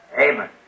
Amen